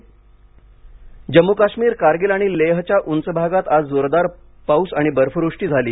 लडाख हिमवष्टी जम्मू काश्मीर कारगिल आणि लेहच्या उंच भागात आज जोरदार पाऊस आणि बर्फवृष्टि झाली